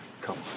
come